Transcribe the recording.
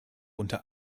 unter